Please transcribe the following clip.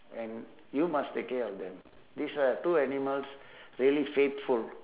and you must take care of them these are two animals really faithful